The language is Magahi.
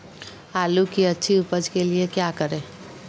आलू की अच्छी उपज के लिए क्या करें?